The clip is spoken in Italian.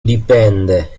dipende